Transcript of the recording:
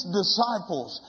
disciples